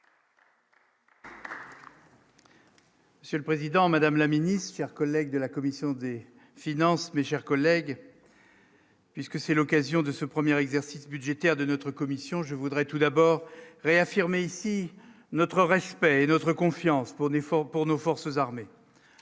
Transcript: Monsieur le Président, Madame la Ministre, chers collègues de la commission des finances, mes chers collègues. Puisque c'est l'occasion de ce 1er exercice budgétaire de notre commission je voudrais tout d'abord réaffirmer ici notre respect et notre confiance pour fort pour nos forces armées